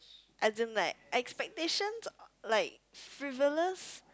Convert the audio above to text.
as in like expectations like frivolous